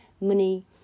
money